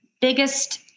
biggest